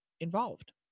involved